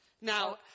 Now